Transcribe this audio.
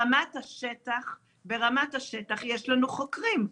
ברמת השטח יש לנו חוקרים.